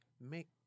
make